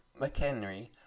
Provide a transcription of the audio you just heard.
McHenry